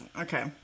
Okay